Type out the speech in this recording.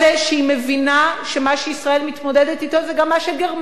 שמה שישראל מתמודדת אתו זה גם מה שגרמניה מתמודדת.